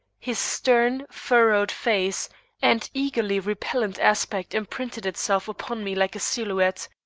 his stern, furrowed face and eagerly repellant aspect imprinted itself upon me like a silhouette,